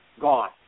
Gone